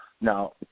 Now